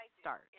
start